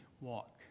walk